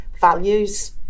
values